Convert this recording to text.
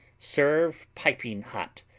serve piping hot,